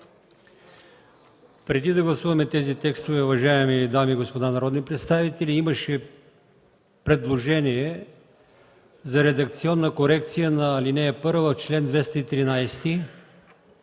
Преди да гласуваме тези текстове, уважаеми дами и господа народни представители, имаше предложение за редакционна корекция на ал. 1 в чл. 213